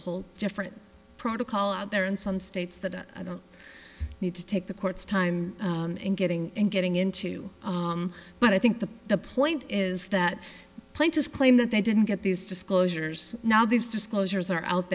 a whole different protocol out there in some states that i don't need to take the court's time and getting and getting into but i think the the point is that plaintiff claim that they didn't get these disclosures now these disclosures are out